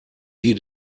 sie